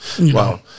Wow